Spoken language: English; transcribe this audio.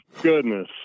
goodness